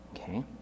Okay